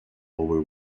over